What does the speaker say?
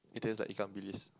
it tastes like Ikan-Bilis